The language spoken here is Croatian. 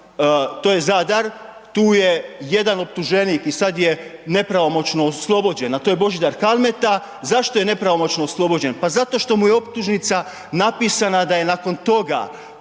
to je Zadar, tu je jedan optuženik i sad je nepravomoćno oslobođen, a to je Božidar Kalmeta. Zašto je nepravomoćno osuđen? Pa zato što mu je optužnica napisana da je nakon toga